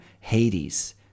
Hades